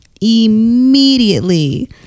immediately